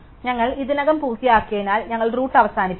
ഞങ്ങൾ ഇതിനകം പൂർത്തിയാക്കിയതിനാൽ ഞങ്ങൾ റൂട്ട് അവസാനിപ്പിക്കും